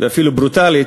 ואפילו ברוטלית,